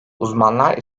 uzmanlar